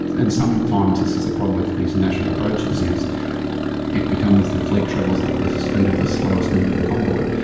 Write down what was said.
and sometimes this is the problem with these national approaches, is it becomes the fleet travels at the speed of the slowest member of the convoy.